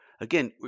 again